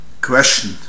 Question